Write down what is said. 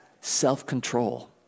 Self-control